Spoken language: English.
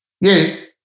Yes